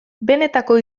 benetako